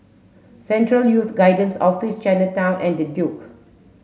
Central Youth Guidance Office Chinatown and The Duke